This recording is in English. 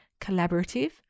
collaborative